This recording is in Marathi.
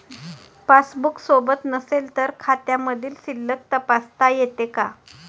पासबूक सोबत नसेल तर खात्यामधील शिल्लक तपासता येते का?